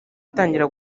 itangira